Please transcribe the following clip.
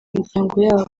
imiryango